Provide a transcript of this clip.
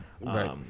Right